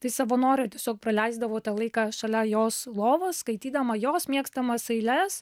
tai savanorė tiesiog praleisdavo tą laiką šalia jos lovos skaitydama jos mėgstamas eiles